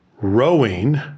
rowing